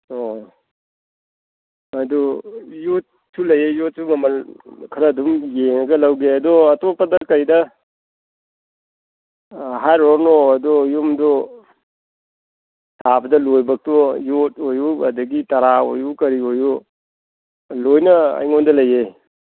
ꯑꯣ ꯑꯗꯨ ꯌꯣꯠꯁꯨ ꯂꯩꯌꯦ ꯌꯣꯠꯁꯨ ꯃꯃꯜ ꯈꯔ ꯑꯗꯨꯝ ꯌꯦꯡꯉꯒ ꯂꯧꯒꯦ ꯑꯗꯣ ꯑꯇꯣꯞꯄꯗ ꯀꯩꯗ ꯍꯥꯏꯔꯣꯔꯅꯨ ꯑꯗꯨ ꯌꯨꯝꯗꯣ ꯁꯥꯕꯗ ꯂꯣꯏꯕꯛꯇꯨ ꯌꯣꯠ ꯑꯣꯏꯌꯨ ꯑꯗꯒꯤ ꯇꯔꯥ ꯑꯣꯏꯌꯨ ꯀꯔꯤ ꯑꯣꯏꯌꯨ ꯂꯣꯏꯅ ꯑꯩꯉꯣꯟꯗ ꯂꯩꯌꯦ